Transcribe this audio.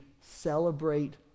celebrate